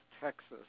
Texas